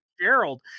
Gerald